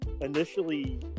initially